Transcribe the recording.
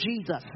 Jesus